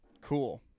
Cool